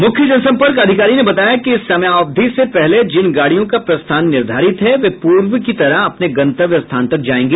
मुख्य जनसंपर्क अधिकारी ने बताया कि इस समयावधि से पहले जिन गाड़ियों का प्रस्थान निर्धारित है वे पूर्व की तरह अपने गंतव्य स्थान तक जायेंगी